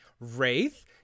Wraith